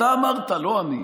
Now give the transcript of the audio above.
אתה אמרת, לא אני.